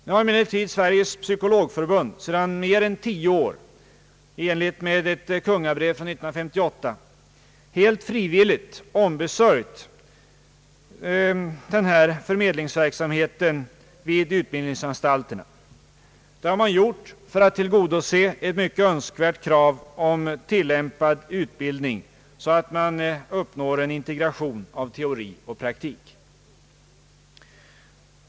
Nu har emellertid Sveriges psykologförbund sedan mer än tio år i enlighet med ett kungl. brev från 1958 helt frivilligt ombesörjt denna förmedlingsverksamhet vid utbildningsanstalterna. Det har man gjort för att tillgodose ett mycket viktigt krav om tillämpad utbildning så att man uppnår en integration av teori och praktik.